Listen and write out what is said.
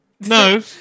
No